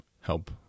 help